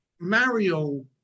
Mario